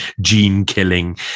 gene-killing